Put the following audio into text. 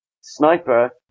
sniper